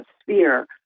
sphere